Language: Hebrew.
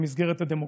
המסגרת הדמוקרטית.